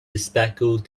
bespectacled